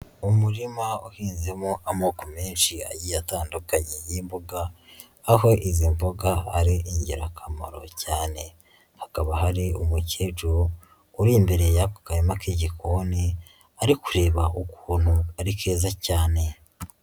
Umurima uhinzemo amoko menshi agiye atandukanye y'imboga aho izi mboga ari ingirakamaro cyane, hakaba hari umukecuru uri imbere y'ako karima k'igikoni ari kureba ukuntu ari keza cyane.